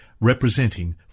representing